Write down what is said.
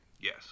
Yes